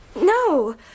No